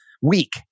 week